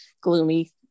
gloomy